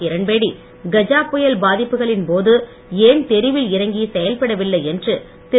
கிரண்பேடி கஜா புயல் பாதிப்புகளின் போது ஏன் தெருவில் இறங்கி செயல்படவில்லை என்று திரு